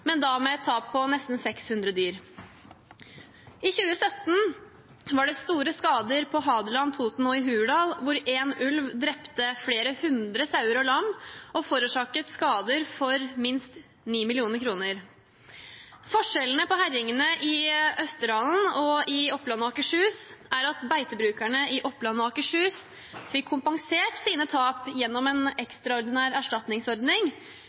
men da med et tap på nesten 600 dyr. I 2017 var det store skader på Hadeland, Toten og i Hurdal, hvor én ulv drepte flere hundre sauer og lam og forårsaket skader for minst 9 mill. kr. Forskjellen på herjingene i Østerdalen og i Oppland og Akershus er at beitebrukerne i Oppland og Akershus fikk kompensert sine tap gjennom en ekstraordinær erstatningsordning,